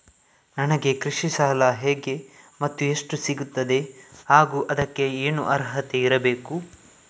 ನನಗೆ ಕೃಷಿ ಸಾಲ ಹೇಗೆ ಮತ್ತು ಎಷ್ಟು ಸಿಗುತ್ತದೆ ಹಾಗೂ ಅದಕ್ಕೆ ಏನು ಅರ್ಹತೆ ಇರಬೇಕು?